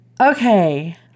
Okay